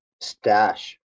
Stash